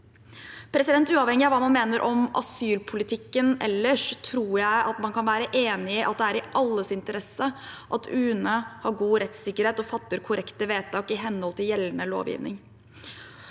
Uavhengig av hva man mener om asylpolitikken ellers, tror jeg at man kan være enig i at det er i alles interesse at UNE har god rettssikkerhet og fatter korrekte vedtak i henhold til gjeldende lovgivning.